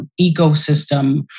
ecosystem